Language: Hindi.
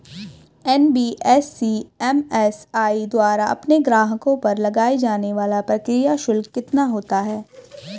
एन.बी.एफ.सी एम.एफ.आई द्वारा अपने ग्राहकों पर लगाए जाने वाला प्रक्रिया शुल्क कितना होता है?